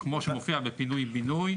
כמו שמופיע בפינוי בינוי.